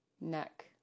neck